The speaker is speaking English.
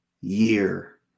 year